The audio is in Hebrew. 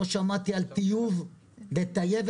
לא שמעתי על טיוב המקצוע.